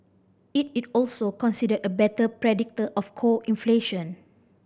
it is also considered a better predictor of core inflation